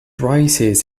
rises